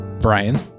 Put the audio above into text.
Brian